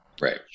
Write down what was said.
Right